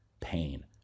pain